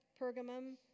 Pergamum